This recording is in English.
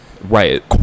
right